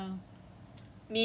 like more options ah to choose from